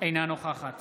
אינה נוכחת